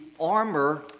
armor